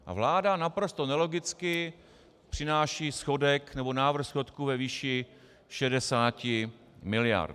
A vláda naprosto nelogicky přináší schodek, nebo návrh schodku ve výši 60 miliard.